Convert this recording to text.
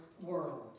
world